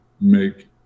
make